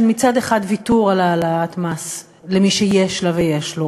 מצד אחד ויתור על העלאת מס למי שיש לה ויש לו,